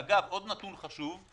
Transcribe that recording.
ואגב, עוד נתון חשוב: